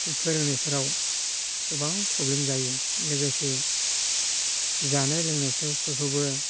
बे फोरोंनायफोराव गोबां प्रब्लेम जायो लोगोसे जानाय लोंनायफोरखौबो